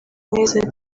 neza